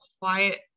quiet